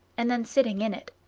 and then sitting in it.